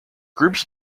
groups